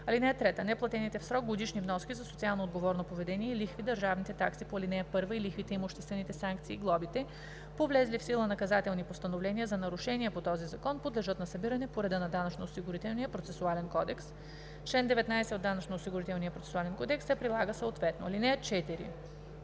кодекс. (3) Неплатените в срок годишни вноски за социално отговорно поведение и лихви, държавните такси по ал. 1 и лихвите, имуществените санкции и глобите по влезли в сила наказателни постановления за нарушения по този закон подлежат на събиране по реда на Данъчно-осигурителния процесуален кодекс. Член 19 от Данъчно-осигурителния процесуален кодекс се прилага съответно. (4)